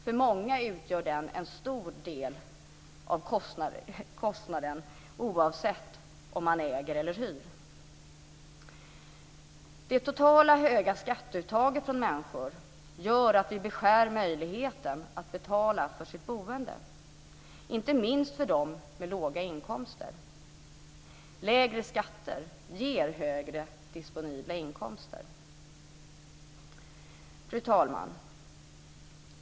För många utgör den en stor del av kostnaden, oavsett om man äger eller hyr. Det totalt höga skatteuttaget från människor gör att vi beskär deras möjligheter att betala för sitt boende. Inte minst gäller det för dem med låga inkomster. Lägre skatter ger högre disponibla inkomster. Fru talman!